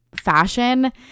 fashion